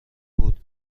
بود